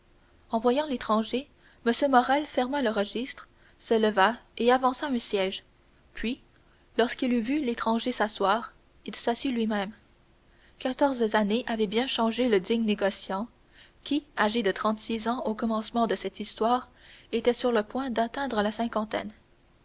en voyant l'étranger m morrel ferma le registre se leva et avança un siège puis lorsqu'il eut vu l'étranger s'asseoir il s'assit lui-même quatorze années avaient bien changé le digne négociant qui âgé de trente-six ans au commencement de cette histoire était sur le point d'atteindre la cinquantaine